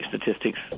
statistics